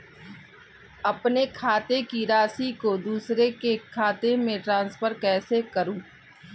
अपने खाते की राशि को दूसरे के खाते में ट्रांसफर कैसे करूँ?